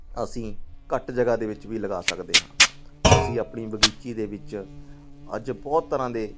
ਅਸੀਂ ਘੱਟ ਜਗ੍ਹਾ ਦੇ ਵਿੱਚ ਵੀ ਲਗਾ ਸਕਦੇ ਹਾਂ ਅਸੀਂ ਆਪਣੀ ਬਗੀਚੀ ਦੇ ਵਿੱਚ ਅੱਜ ਬਹੁਤ ਤਰ੍ਹਾਂ ਦੇ